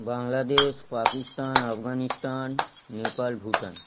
Bangladesh Pakistan Afghanistan Nepal Bhutan